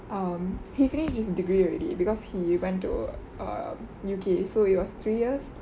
um he finish his degree already because he went to err U_K so it was three years